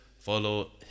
follow